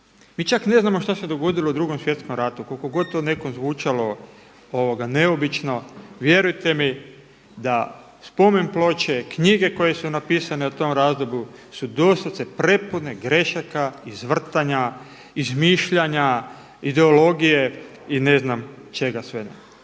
Mi čak ne znamo šta se dogodilo u Drugom svjetskom ratu koliko god to nekom zvučalo neobično, vjerujte mi da spomenploče, knjige koje su napisane o tom razdoblju su doslovce prepune grešaka, izvrtanja, izmišljanja, ideologije i ne znam čega sve ne.